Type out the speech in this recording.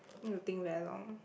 need to think very long